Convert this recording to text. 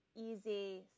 easy